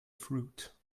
fruit